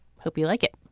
hope you like it.